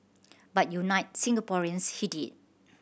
but unite Singaporeans he did